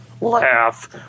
Laugh